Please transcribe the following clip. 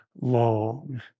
long